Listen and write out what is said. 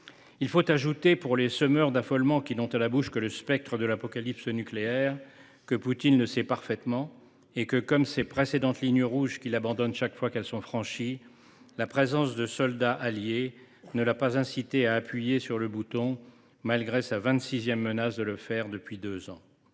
Il faut ajouter, à l’intention des semeurs d’affolement qui n’ont à la bouche que le spectre de l’apocalypse nucléaire, que Poutine le sait parfaitement et que, comme ses précédentes lignes rouges qu’il abandonne chaque fois qu’elles sont franchies, la présence de soldats alliés ne l’a pas incité à appuyer sur le bouton malgré sa vingt sixième menace de le faire depuis deux ans.